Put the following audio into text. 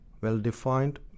well-defined